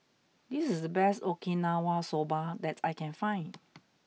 this is the best Okinawa Soba that I can find